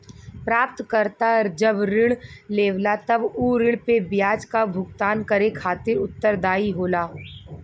प्राप्तकर्ता जब ऋण लेवला तब उ ऋण पे ब्याज क भुगतान करे खातिर उत्तरदायी होला